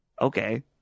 okay